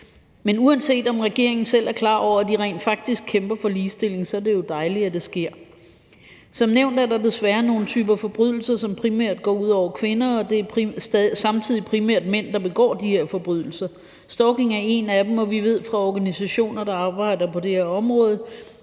Men uanset om regeringen selv er klar over, at de rent faktisk kæmper for ligestilling, er det jo dejligt, at det sker. Som nævnt er der desværre nogle typer forbrydelser, som primært går ud over kvinder, og det er samtidig primært mænd, der begår de her forbrydelser. Stalking er en af dem, og vi ved fra organisationer, der arbejder på det her område,